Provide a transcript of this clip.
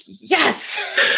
yes